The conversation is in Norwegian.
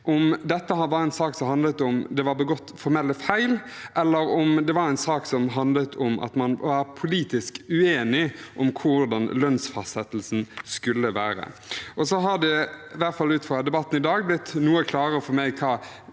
om dette var en sak som handlet om hvorvidt det var begått formelle feil, eller om det var en sak som handlet om at man var politisk uenig om hvordan lønnsfastsettelsen skulle være. Det har, i hvert fall ut fra debatten i dag, blitt noe klarere for meg hva